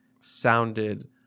sounded